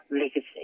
legacy